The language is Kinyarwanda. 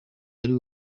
ari